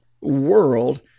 world